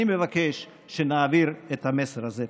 אני מבקש שנעביר את המסר הזה.